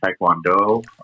Taekwondo